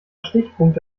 stichpunkte